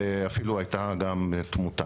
ואפילו הייתה גם תמותה.